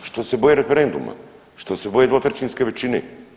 Što se boje referenduma, što se boje dvotrećinske većine?